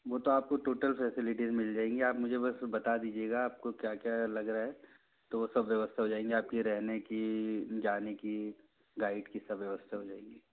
वो तो आपको टोटल फैसेलिटीज़ मिल जाएंगी आप मुझे बस बता दीजिएगा आपको क्या क्या लग रहा है तो सब व्यवस्था हो जाएगी आपके रहने की जाने की गाइड की सब व्यवस्था हो जाएगी